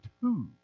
two